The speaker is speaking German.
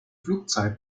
flugzeit